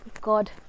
God